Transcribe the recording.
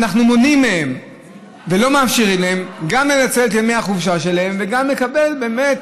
אנחנו מונעים מהן ולא מאפשרים להן לנצל את ימי החופשה שלהן ולקבל באמת